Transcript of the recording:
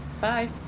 Bye